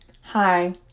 Hi